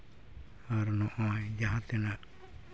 ᱟᱨ ᱱᱚᱜᱼᱚᱭ ᱡᱟᱦᱟᱸ ᱛᱤᱱᱟᱹᱜ